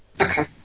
Okay